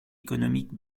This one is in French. économique